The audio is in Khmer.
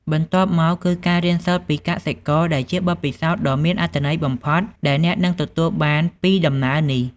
បន្ទាប់មកគឺការរៀនសូត្រពីកសិករដែលជាបទពិសោធន៍ដ៏មានអត្ថន័យបំផុតដែលអ្នកនឹងទទួលបានពីដំណើរនេះ។